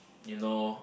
you know